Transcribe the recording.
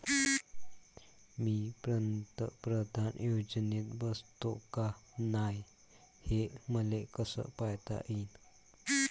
मी पंतप्रधान योजनेत बसतो का नाय, हे मले कस पायता येईन?